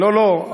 לא, לא.